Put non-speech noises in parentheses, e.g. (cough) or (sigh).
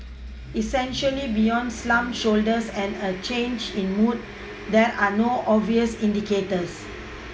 (noise) essentially beyond slumped shoulders and a change in mood there are no obvious indicators